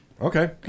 Okay